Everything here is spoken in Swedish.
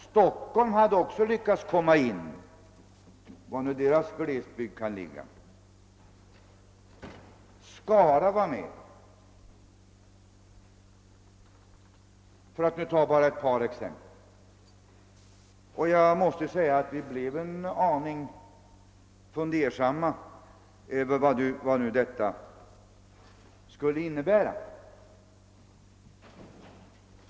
Stockholm hade också lyckats komma med i resonemanget — var nu dess glesbygd kan ligga! — och Skara var med, för att nu ta bara ett par exempel. Jag måste säga att vi blev en smula fundersamma över vad nu detta skulle innebära.